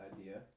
idea